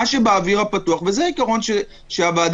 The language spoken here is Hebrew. מה שבאוויר הפתוח וזה עיקרון שאני